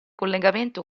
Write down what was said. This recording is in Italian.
collegamento